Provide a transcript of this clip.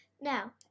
Now